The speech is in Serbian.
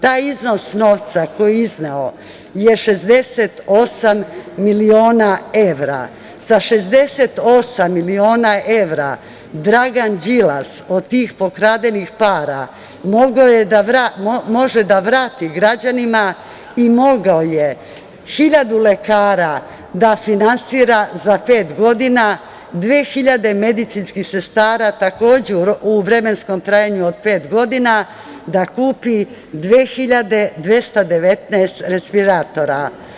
Taj iznos novca koji je izneo je 68 miliona evra, sa 68 miliona evra Dragan Đilas od tih pokradenih para, može da vrati građanima i mogao je hiljadu lekara da finansira za pet godina, dve hiljade medicinskih sestara takođe u vremensko trajanju od pet godina, da kupi dve hiljade 219 respiratora.